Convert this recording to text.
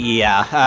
yeah,